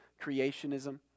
creationism